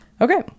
okay